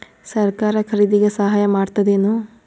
ಸರಕಾರ ಖರೀದಿಗೆ ಸಹಾಯ ಮಾಡ್ತದೇನು?